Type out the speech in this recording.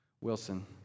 Wilson